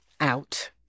out